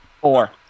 Four